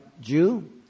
Jew